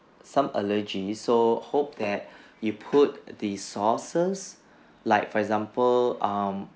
some allergies so hope that you put the sauces like for example um